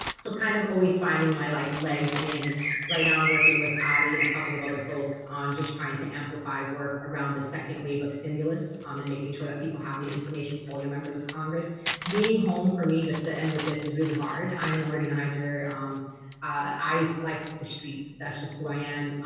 so kind of always finding my like leg in right now i'm working with adi and a couple of other folks on just to amplify work around the second wave of stimulus um and making sure that people have the information call your members of congress being home for me just to end with this is really hard. i'm an organizer i like the streets. that's just who i am.